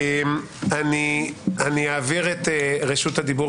אני אעביר את רשות הדיבור